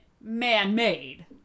man-made